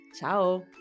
Ciao